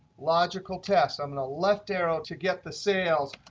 logical test. i'm going to left arrow to get the sales.